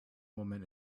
woman